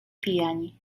pijani